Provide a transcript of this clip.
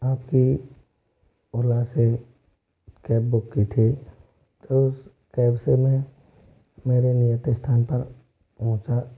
आपकी ओला से cab book की थी तो उस कैब से मैं मेरे नियत स्थान पर पहुँचा